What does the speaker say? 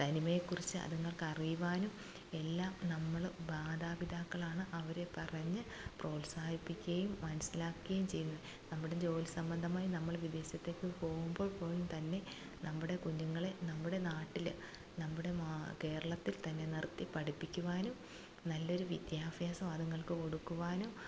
തനിമയെക്കുറിച്ച് അതുങ്ങൾക്കറിയുവാനും എല്ലാം നമ്മള് മാതാപിതാക്കളാണ് അവരെ പറഞ്ഞ് പ്രോത്സാഹിപ്പിക്കുകയും മനസ്സിലാക്കുകയും ചെയ്യുന്ന നമ്മുടെ ജോലി സംബന്ധമായി നമ്മൾ വിദേശത്തേക്ക് പോകുമ്പോൾ പോലും തന്നെ നമ്മുടെ കുഞ്ഞുങ്ങളെ നമ്മുടെ നാട്ടില് നമ്മുടെ കേരളത്തിൽ തന്നെ നിർത്തി പഠിപ്പിക്കുവാനും നല്ലൊരു വിദ്യാഭ്യാസം അതുങ്ങൾക്ക് കൊടുക്കുവാനും